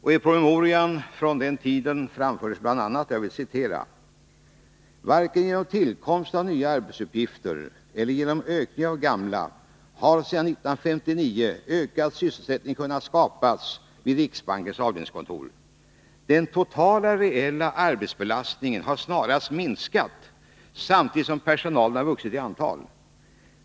I promemorian framfördes bl.a.: ”Varken genom tillkomst av nya arbetsuppgifter eller genom ökning av gamla har sedan år 1959 ökad sysselsättning kunnat skapas vid riksbankens avdelningskontor. Den totala reella arbetsbelastningen har snarast minskat samtidigt som personalen har vuxit i antal.